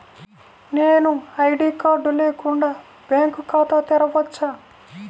నేను ID card లేకుండా bank ఖాతా తెరవచ్చా?